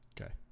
Okay